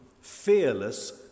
Fearless